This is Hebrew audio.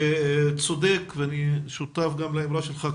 צודק ואני שותף גם לדברים שלך,